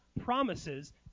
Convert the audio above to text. promises